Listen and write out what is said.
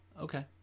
Okay